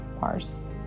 mars